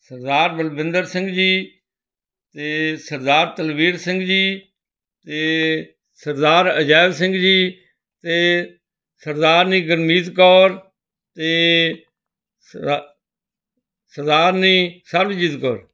ਸਰਦਾਰ ਬਲਵਿੰਦਰ ਸਿੰਘ ਜੀ ਅਤੇ ਸਰਦਾਰ ਤਲਵੀਰ ਸਿੰਘ ਜੀ ਅਤੇ ਸਰਦਾਰ ਅਜੈਬ ਸਿੰਘ ਜੀ ਅਤੇ ਸਰਦਾਰਨੀ ਗੁਰਮੀਤ ਕੌਰ ਅਤੇ ਸਾ ਸਰਦਾਰਨੀ ਸਰਬਜੀਤ ਕੌਰ